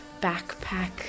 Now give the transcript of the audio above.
backpack